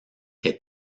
que